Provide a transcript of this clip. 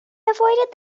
avoided